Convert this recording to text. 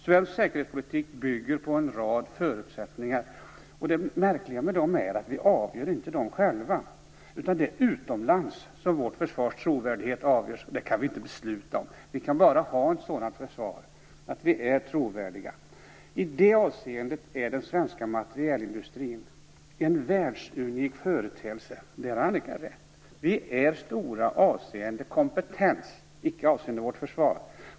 Svensk säkerhetspolitik bygger på en rad förutsättningar. Det märkliga är att vi inte avgör dem själva. Vårt försvars trovärdighet avgörs utomlands. Detta kan vi inte besluta om. Vi kan bara ha ett sådant försvar som gör att vi är trovärdiga. I det avseendet är den svenska materielindustrin en världsunik företeelse. I det avseendet har Annika Nordgren rätt. Vi är stora avseende kompetens, icke avseende vårt försvar.